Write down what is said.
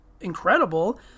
incredible